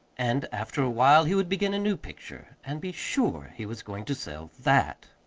and after a while he would begin a new picture, and be sure he was going to sell that.